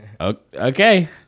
Okay